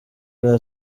bwa